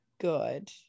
good